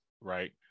right